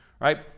right